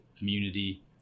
immunity